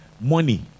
money